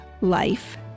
life